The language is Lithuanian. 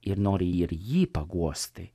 ir nori ir jį paguosti